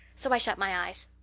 so i shut my eyes.